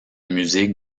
musée